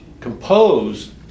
compose